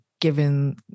given